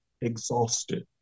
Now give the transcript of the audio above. Exhausted